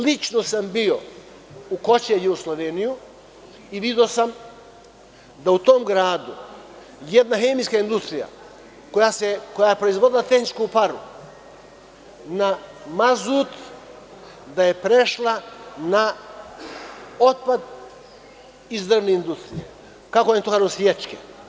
Lično sam bio u Kočevje u Sloveniji i video sam da u tom gradu jedna hemijska industrija, koja je proizvodila tehničku paru na mazut, da je prešla na otpad iz drvne industrije, kako oni to kažu sječke.